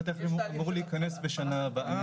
ביטוח בבתי החולים אמור להיכנס בשנה הבאה,